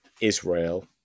Israel